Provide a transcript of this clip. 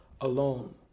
alone